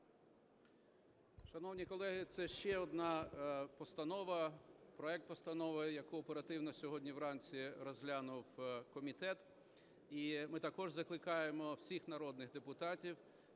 Шановні колеги, це ще одна постанова, проект постанови, яку оперативно сьогодні вранці розглянув комітет, і ми також закликаємо всіх народних депутатів